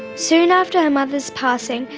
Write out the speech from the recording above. soon after her mother's passing,